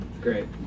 great